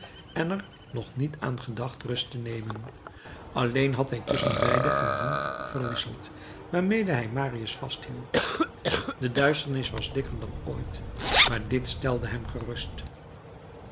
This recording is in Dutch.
en er nog niet aan gedacht rust te nemen alleen had hij tusschenbeide van hand verwisseld waarmede hij marius vasthield de duisternis was dikker dan ooit maar dit stelde hem gerust